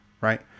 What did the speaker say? Right